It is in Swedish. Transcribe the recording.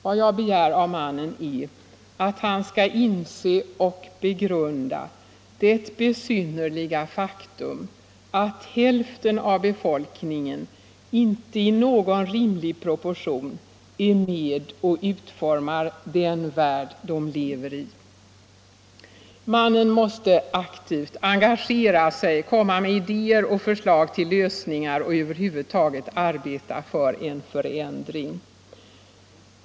Vad jag begär av mannen är att han skall inse och begrunda det besynnerliga faktum att hälften av befolkningen inte i någon rimlig proportion är med och utformar den värld de lever i. Mannen måste aktivt engagera sig, komma med idéer och förslag till lösningar och över huvud taget arbeta för en förändring.